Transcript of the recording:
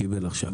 קיבל עכשיו.